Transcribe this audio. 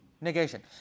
Negation